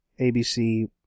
abc